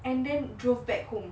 and then drove back home